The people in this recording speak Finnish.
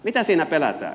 mitä siinä pelätään